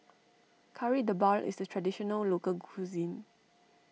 Kari Debal is a Traditional Local Cuisine